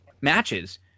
matches